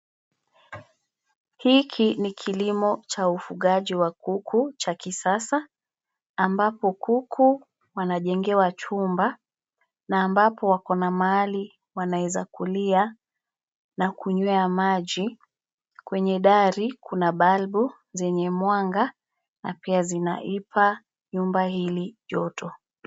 Hiki ni kilimo cha ufugaji wa kuku cha kisasa ambapo kuku wanajengewa chumba na ambapo wakona mahali wanaweza kulia na kunywea maji. Kwenye dari, kuna balbuu zenye mwanga na pia zinaipa nyumba hili joto.